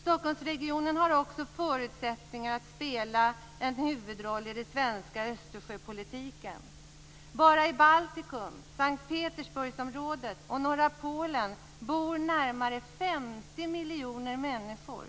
Stockholmsregionen har också förutsättningar att spela en huvudroll i den svenska Östersjöpolitiken. Bara i Baltikum, S:t Petersburgsområdet och norra Polen bor närmare 50 miljoner människor.